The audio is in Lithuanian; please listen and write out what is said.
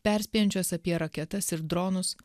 perspėjančios apie raketas ir dronus